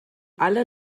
alle